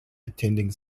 attending